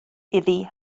iddi